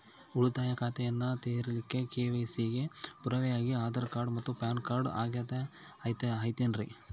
ಉಳಿತಾಯ ಖಾತೆಯನ್ನ ತೆರಿಲಿಕ್ಕೆ ಕೆ.ವೈ.ಸಿ ಗೆ ಪುರಾವೆಯಾಗಿ ಆಧಾರ್ ಮತ್ತು ಪ್ಯಾನ್ ಕಾರ್ಡ್ ಅಗತ್ಯ ಐತೇನ್ರಿ?